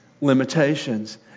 limitations